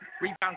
Rebound